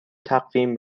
تقویم